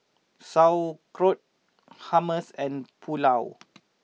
Sauerkraut Hummus and Pulao